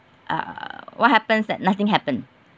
uh what happens is that nothing happen